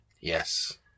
Yes